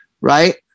Right